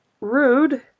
Rude